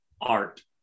art